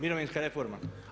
Mirovinska reforma.